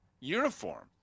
uniform